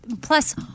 plus